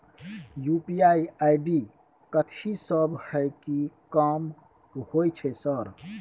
UPI ID कथि सब हय कि काम होय छय सर?